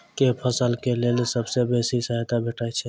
केँ फसल केँ लेल सबसँ बेसी सहायता भेटय छै?